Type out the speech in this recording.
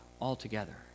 altogether